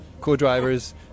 co-drivers